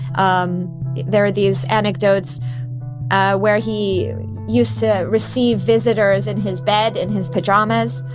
um there are these anecdotes where he used to receive visitors in his bed, in his pajamas,